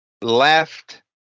left